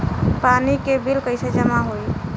पानी के बिल कैसे जमा होयी?